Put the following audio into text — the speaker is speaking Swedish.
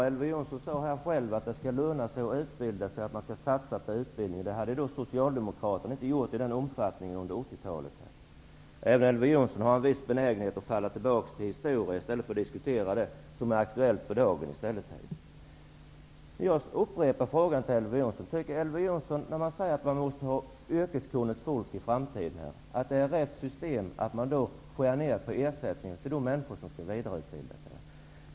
Han sade själv att det skall löna sig att utbilda sig och att man skall satsa på utbildning. Det hade inte Socialdemokraterna gjort i tillräcklig omfattning under 80-talet, sade han. Även Elver Jonsson har en viss benägenhet att falla tillbaka på historien i stället för att diskutera det som är aktuellt för dagen. Det sägs att man måste ha yrkeskunnigt folk i framtiden. Är det då rätt att skära ner på ersättningen till de människor som skall vidareutbilda sig?